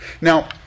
Now